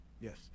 Yes